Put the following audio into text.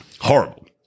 Horrible